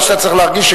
מה שאתה צריך להדגיש,